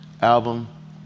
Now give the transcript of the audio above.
album